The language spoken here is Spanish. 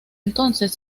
entonces